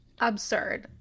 absurd